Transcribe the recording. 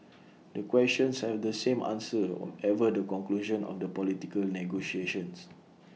the questions have the same answer whatever the conclusion of the political negotiations